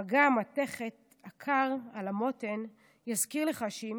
מגע המתכת הקר על המותן יזכיר לך שאם